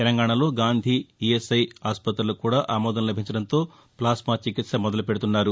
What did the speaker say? తెలంగాణలో గాంధీ ఈఎస్ఐ ఆస్పతులకు కూడా ఆమోదం లభించడంతో ప్లాస్మా చికిత్స మొదలుపెడుతున్నారు